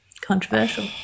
Controversial